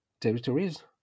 territories